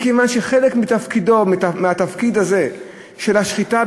מכיוון שחלק מהתפקיד הזה של השחיטה,